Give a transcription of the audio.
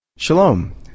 Shalom